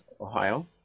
Ohio